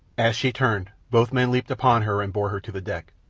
as she turned, both men leaped upon her and bore her to the deck,